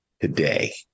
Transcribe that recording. today